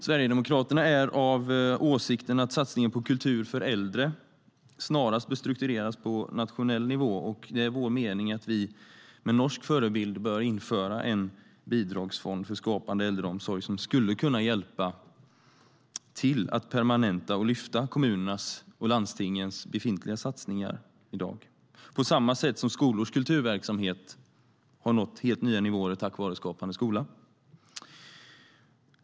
Sverigedemokraterna är av åsikten att satsningen på kultur för äldre snarast bör struktureras på nationell nivå. Och det är vår mening att vi med en norsk förebild bör införa en bidragsfond för skapande äldreomsorg som skulle kunna hjälpa till att permanenta och lyfta kommunernas och landstingens befintliga satsningar i dag, på samma sätt som skolors kulturverksamhet har nått helt nya nivåer tack vare Skapande skola.